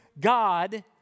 God